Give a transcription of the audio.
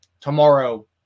tomorrow